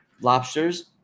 lobsters